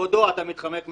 כבודו, אתה מתחמק מהשאלה.